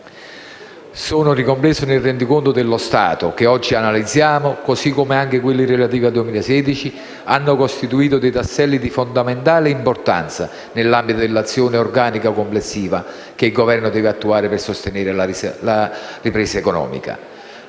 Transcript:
sono ricompresi nel Rendiconto dello Stato che oggi analizziamo, così come anche quella relativa al 2016, hanno costituito dei tasselli di fondamentale importanza nell'ambito dell'azione organica complessiva che il Governo deve attuare per sostenere la ripresa economica.